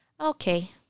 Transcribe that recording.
Okay